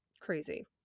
crazy